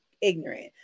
ignorant